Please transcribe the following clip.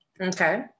okay